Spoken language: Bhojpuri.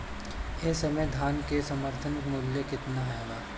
एह समय धान क समर्थन मूल्य केतना बा?